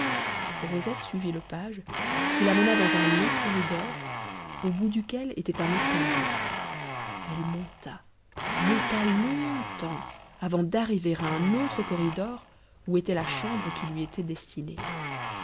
rosette suivit le page qui la mena dans un long corridor au bout duquel était un escalier elle monta monta longtemps avant d'arriver à un autre corridor où était la chambre qui lui était destinée